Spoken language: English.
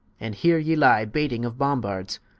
and heere ye lye baiting of bombards,